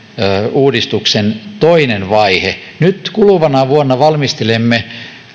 uudistuksen toinen vaihe nyt kuluvana vuonna valmistelemme